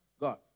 God